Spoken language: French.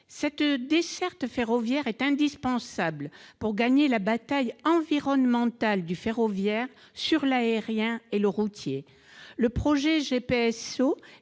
Cette desserte ferroviaire est indispensable pour gagner la bataille environnementale du ferroviaire contre l'aérien et le routier. Le GPSO